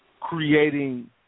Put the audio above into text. creating